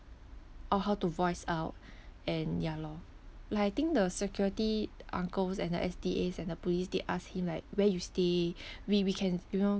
or how to voice out and ya lor like I think the security uncles and the S_D_As and the police they asked him like where you stay we we can you know